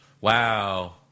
Wow